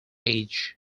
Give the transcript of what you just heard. age